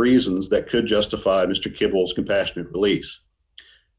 reasons that could justify mr kibbles compassionate release